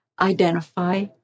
identify